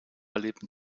lebten